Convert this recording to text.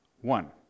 One